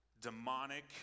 demonic